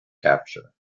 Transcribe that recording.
capture